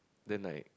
then I